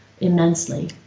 immensely